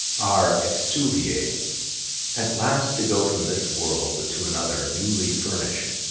our exuvioe at last to go from this world to another newly furnished,